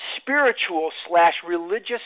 spiritual-slash-religious